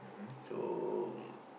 so